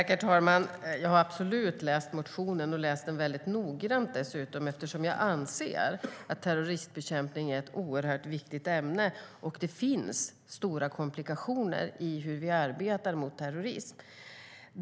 Herr talman! Jag har absolut läst motionen väldigt noggrant eftersom jag anser att terroristbekämpning är ett oerhört viktigt ämne. Det finns stora komplikationer i hur vi arbetar mot terrorism.